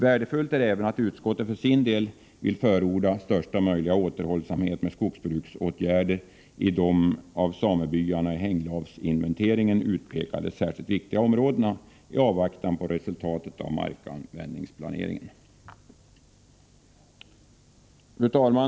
Värdefullt är även att utskottet för sin del vill förorda största möjliga återhållsamhet med skogsbruksåtgärder i de av samebyarna i hänglavsinventeringen utpekade särskilt viktiga områdena — i avvaktan på resultatet av markanvändningsplaneringen. Fru talman!